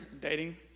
dating